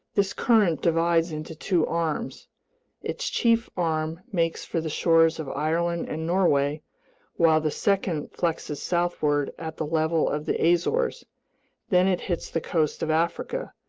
this current divides into two arms its chief arm makes for the shores of ireland and norway while the second flexes southward at the level of the azores then it hits the coast of africa,